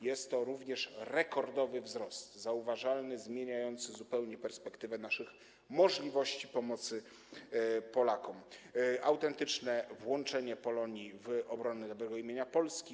Jest to również rekordowy wzrost, zauważalny, zupełnie zmieniający perspektywę naszych możliwości pomocy Polakom, autentyczne włączenie Polonii w obronę narodowego imienia Polski.